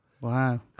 Wow